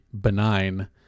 benign